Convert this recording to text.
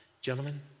Gentlemen